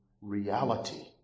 reality